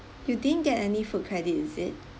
you didn't get any food credit is it